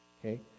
okay